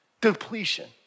depletion